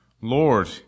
Lord